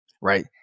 right